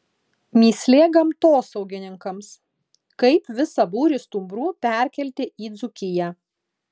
mįslė gamtosaugininkams kaip visą būrį stumbrų perkelti į dzūkiją